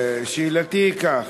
שאלתי היא כך: